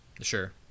Sure